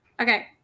okay